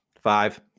Five